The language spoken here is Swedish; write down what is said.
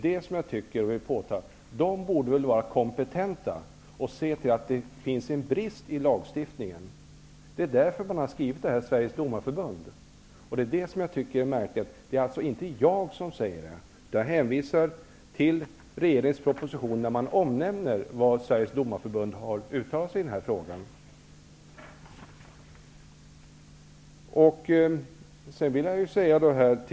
Inom Domareförbundet borde de väl vara kompetenta och se att det finns en brist i lagstiftningen. Det är alltså inte jag som säger att det behövs en särskild straffskala för grovt ofredande. Jag hänvisar till regeringens proposition, där man omnämner vad Sveriges domareförbund har uttalat i frågan. Geigert säger?